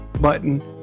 button